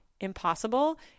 impossible